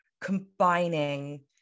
combining